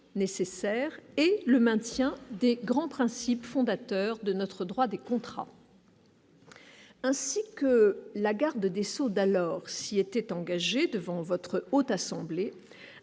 et le maintien des grands principes fondateurs de notre droit des contrats. Ainsi que la garde des Sceaux d'alors s'y était engagé devant votre haute assemblée,